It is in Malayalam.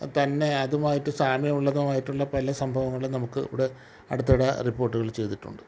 തന്നെ അതുമായിട്ട് സാമ്യമുള്ളതോ ആയിട്ടുള്ള പല സംഭവങ്ങളും നമുക്ക് ഇവിടെ അടുത്തിടെ റിപ്പോർട്ടുകൾ ചെയ്തിട്ടുണ്ട്